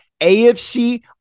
AFC